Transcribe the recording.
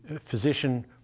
physician